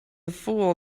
fool